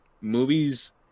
movies